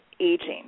aging